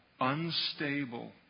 unstable